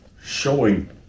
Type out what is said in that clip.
showing